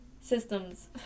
systems